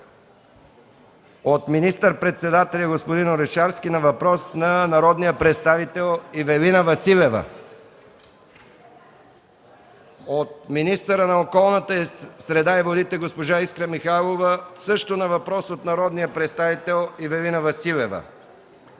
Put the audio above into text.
- министър-председателя господин Орешарски на въпрос от народния представител Ивелина Василева; - министъра на околната среда и водите госпожа Искра Михайлова – също на въпрос от народния представител Ивелина Василева;